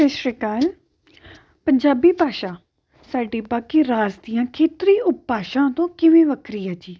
ਸਤਿ ਸ਼੍ਰੀ ਅਕਾਲ ਪੰਜਾਬੀ ਭਾਸ਼ਾ ਸਾਡੀ ਬਾਕੀ ਰਾਜ ਦੀਆਂ ਖੇਤਰੀ ਉਪਭਾਸ਼ਾ ਤੋਂ ਕਿਵੇਂ ਵੱਖਰੀ ਹੈ ਜੀ